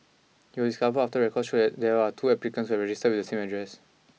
he was discovered after records showed that there were two applicants who had registered with the same address